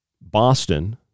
Boston